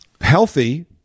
healthy